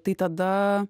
tai tada